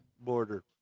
border